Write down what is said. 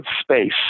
space